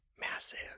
massive